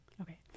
Okay